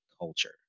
culture